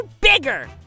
bigger